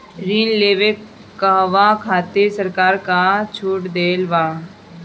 ऋण लेवे कहवा खातिर सरकार का का छूट देले बा?